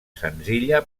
senzilla